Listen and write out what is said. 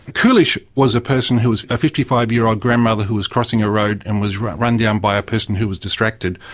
kulesh was a person who was a fifty five year old grandmother who was crossing a road and was run run down by a person who was distracted.